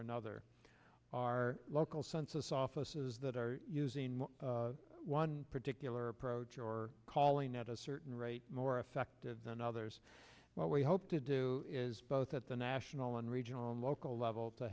another our local census offices that are using one particular approach or calling out a certain rate more effective than others what we hope to do is both at the national and regional and local level to